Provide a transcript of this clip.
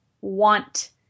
want